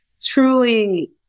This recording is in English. truly